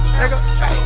nigga